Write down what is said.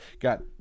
Got